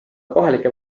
kohalike